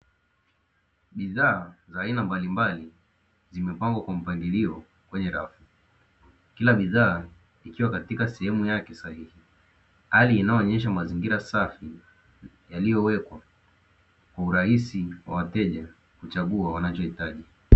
Bidhaa za aina mbalimbali zimepangwa kwa mpangilio kwenye rafu, kila bidhaa ikiwa katika sehemu yake sahihi. Hali inayoonyesha mazingira safi yaliowekwa kwa urahisi kwa wateja, kuchagua wanachohitaji.